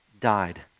died